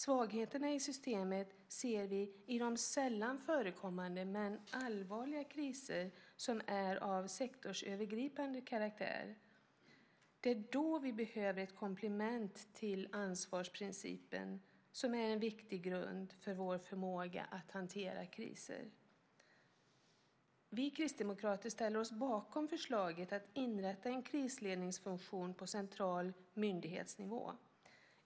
Svagheterna i systemet ser vi i de sällan förekommande men allvarliga kriser som är av sektorsövergripande karaktär. Det är då vi behöver ett komplement till ansvarsprincipen, som är en viktig grund för vår förmåga att hantera kriser. Vi kristdemokrater ställer oss bakom förslaget om att inrätta en krisledningsfunktion på central myndighetsnivå.